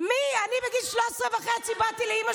שאני מזרחית בדיוק כמוהו,